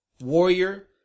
warrior